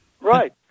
right